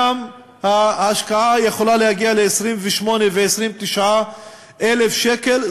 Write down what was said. שם ההשקעה יכולה להגיע ל-28,000 ו-29,000 שקל.